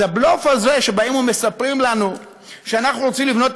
אז הבלוף הזה שמספרים לנו שאנחנו רוצים לבנות את